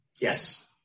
Yes